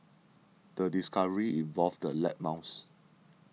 the discovery involved the lab mouse